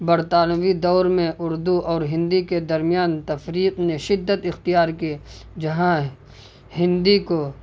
برطانوی دور میں اردو اور ہندی کے درمیان تفریق نے شدت اختیار کی جہاں ہندی کو